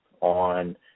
on